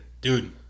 dude